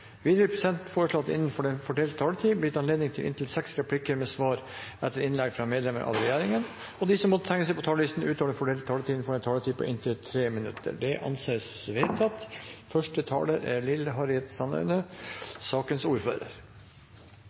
inntil seks replikker med svar etter innlegg fra medlemmer av regjeringen. Videre foreslås det at de som måtte tegne seg på talerlisten utover den fordelte taletid, får en taletid på inntil 3 minutter. – Det anses vedtatt. Det fins veldig mange vakre steder i kongeriket Norge. Svalbard er